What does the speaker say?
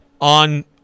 on